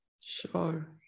Sure